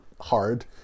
hard